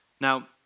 Now